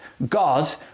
God